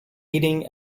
eating